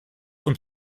und